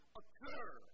occur